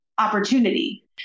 Opportunity